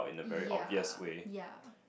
ya ya